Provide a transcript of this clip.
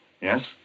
Yes